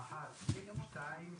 בעיניים.